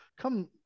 come